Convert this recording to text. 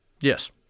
Yes